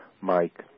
Mike